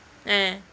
eh